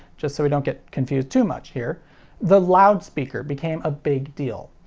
just so we don't get confused too much here the loudspeaker became a big deal.